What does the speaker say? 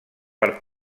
per